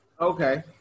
Okay